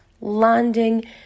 landing